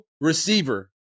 receiver